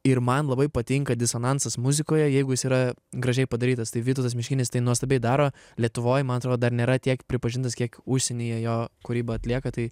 ir man labai patinka disonansas muzikoje jeigu jis yra gražiai padarytas tai vytautas miškinis tai nuostabiai daro lietuvoj man atrodo dar nėra tiek pripažintas kiek užsienyje jo kūrybą atlieka tai